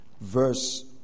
verse